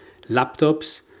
laptops